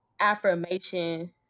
affirmation